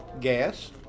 Gas